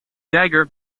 dagger